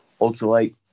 ultralight